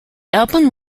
album